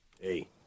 Hey